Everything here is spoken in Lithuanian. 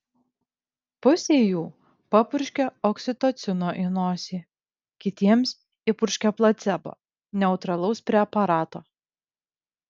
pusei jų papurškė oksitocino į nosį kitiems įpurškė placebo neutralaus preparato